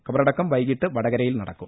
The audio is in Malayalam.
ഖബറടക്കം വൈകീട്ട് വടകരയിൽ നടക്കും